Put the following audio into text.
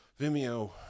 Vimeo